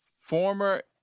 Former